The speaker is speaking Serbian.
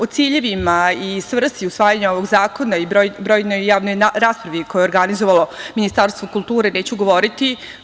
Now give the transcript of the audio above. O ciljevima i svrsi usvajanja ovog zakona i o brojnim javnim raspravama koje je organizovalo Ministarstvo kulture neću govoriti.